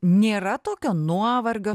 nėra tokio nuovargio